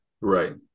right